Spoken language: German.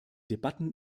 debatten